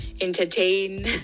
entertain